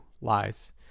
lies